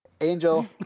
Angel